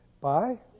Bye